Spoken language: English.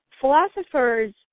philosophers